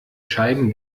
scheiben